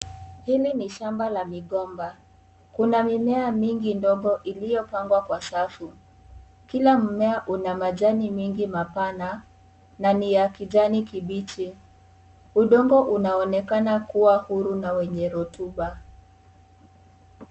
Hili ni shamba la migomba ,kuna mimea mingi ndogo iliyopangwa Kwa safu ,kilanmimea Una majani mingi mabana na NI ya kijani kibichi. Udongo unaonekana kuwa huru na wenye rotuba.